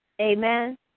amen